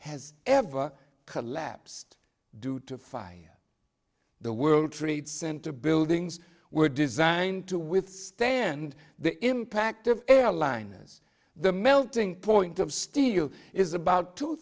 has ever collapsed due to fire the world trade center buildings were designed to withstand the impact of airliners the melting point of steel is about two